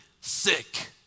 sick